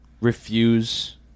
refuse